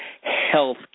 health